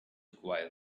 acquire